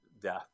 death